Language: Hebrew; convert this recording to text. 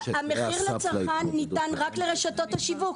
המחיר לצרכן ניתן רק לרשתות השיווק.